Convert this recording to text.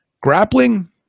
Grappling